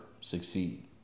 succeed